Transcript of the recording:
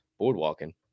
Boardwalking